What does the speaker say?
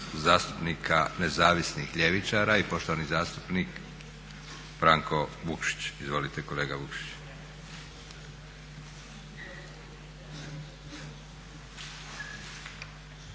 zastupnika Nezavisnih ljevičara i poštovani zastupnik Branko Vukšić. Izvolite kolega Vukšić.